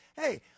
Hey